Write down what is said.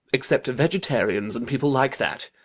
except vegetarians and people like that.